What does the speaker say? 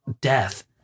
death